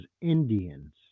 Indians